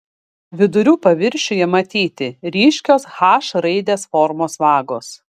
vidurių paviršiuje matyti ryškios h raidės formos vagos